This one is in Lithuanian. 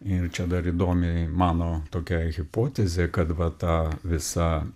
ir čia dar įdomi mano tokia hipotezė kad va ta visa